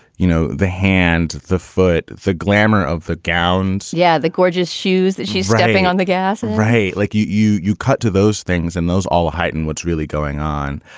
you know, the hand, the foot, the glamour of the gowns yeah. the gorgeous shoes that she's stepping on the gas right. like you you cut to those things and those all heightened what's really going on?